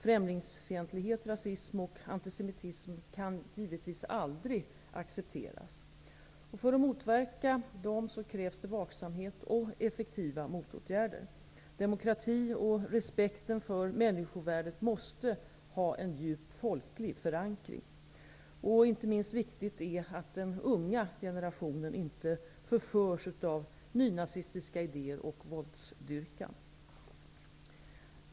Främlingsfientlighet, rasism och antisemitism kan givetvis aldrig accepteras. För att motverka dessa företeelser krävs det vaksamhet och effektiva motåtgärder. Demokratin och resepekten för människovärdet måste ha en djup folklig förankring. Inte minst viktigt är det att den unga generationen inte förförs av nynazistiska idéer och våldsdyrkan.